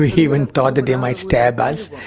ah even thought they might stab us